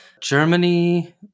Germany